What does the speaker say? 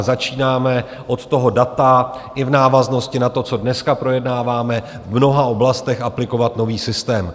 Začínáme od toho data i v návaznosti na to, co dneska projednáváme, v mnoha oblastech aplikovat nový systém.